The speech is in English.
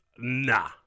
Nah